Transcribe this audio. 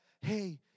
hey